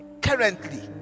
currently